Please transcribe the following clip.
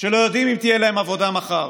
שלא יודעים אם תהיה להם עבודה מחר.